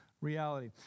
reality